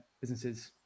businesses